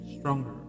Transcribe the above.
stronger